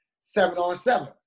seven-on-seven